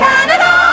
Canada